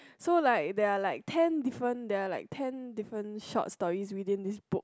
so like there are like ten different there are like ten different short stories within this book